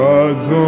God's